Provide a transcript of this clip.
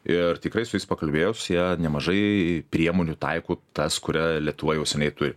ir tikrai su jais pakalbėjus jie nemažai priemonių taiko tas kurią lietuva jau seniai turi